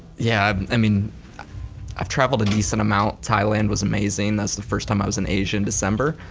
yeah. i mean i've traveled a decent amount, thailand was amazing, that was the first time i was in asia in december.